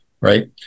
right